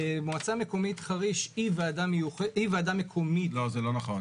מועצה מקומית חריש היא ועדה מקומית -- זה לא נכון.